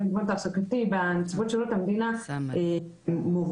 גיוון תעסוקתי בנציבות שירות המדינה מובילים,